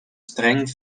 streng